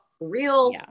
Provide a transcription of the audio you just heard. real